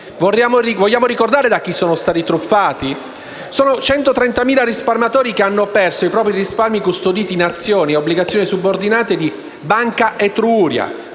Vogliamo ricordare da chi sono stati truffati? Sono 130.000 risparmiatori che hanno perso i propri risparmi custoditi in azioni, obbligazioni subordinate di Banca Etruria,